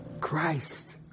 Christ